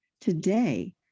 today